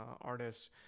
artists